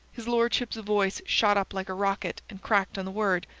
his lordship's voice shot up like a rocket, and cracked on the word.